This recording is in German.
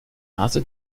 hase